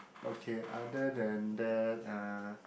okay other than that uh